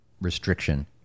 restriction